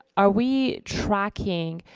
are we tracking,